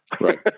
Right